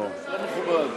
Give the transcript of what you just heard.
לא ידעתי.